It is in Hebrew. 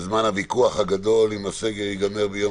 בזמן הוויכוח הגדול אם הסגר ייגמר ביום